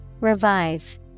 Revive